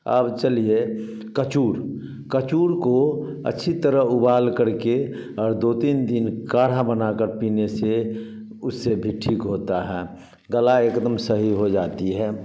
और चलिए कचूर कचूर को अच्छी तरह उबाल करके और दो तीन दिन काढ़ा बना कर पीने से उसे भी ठीक होता है गला एकदम सही हो जाती है